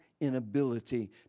inability